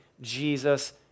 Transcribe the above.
Jesus